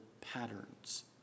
patterns